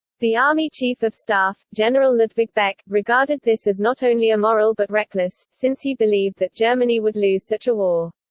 the army chief of staff, general ludwig beck, regarded this as not only immoral but reckless, since he believed that germany would lose such a war.